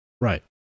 Right